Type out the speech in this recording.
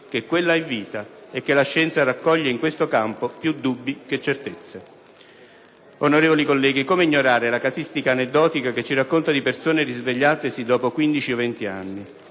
che quella è vita e che la scienza raccoglie in questo campo più dubbi che certezze. Onorevoli colleghi, come ignorare la casistica aneddotica che ci racconta di persone risvegliatesi dopo 15 o 20 anni.